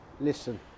listen